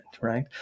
right